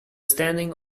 standing